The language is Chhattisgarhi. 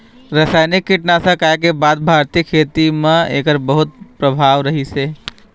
रासायनिक कीटनाशक आए के बाद भारतीय खेती म एकर बहुत प्रभाव रहीसे